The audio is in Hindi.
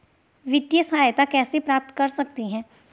वित्तिय सहायता कैसे प्राप्त कर सकते हैं?